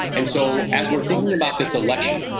and so, as we're thinking about this election,